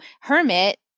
hermit